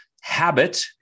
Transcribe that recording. Habit